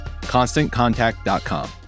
Constantcontact.com